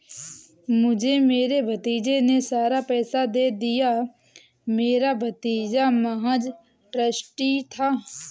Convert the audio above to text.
मुझे मेरे भतीजे ने सारा पैसा दे दिया, मेरा भतीजा महज़ ट्रस्टी था